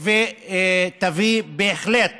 ותביא בהחלט